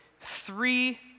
three